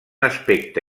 aspecte